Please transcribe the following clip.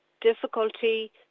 difficulty